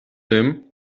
tym